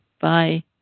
Bye